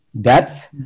death